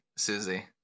susie